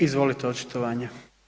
Izvolite, očitovanje.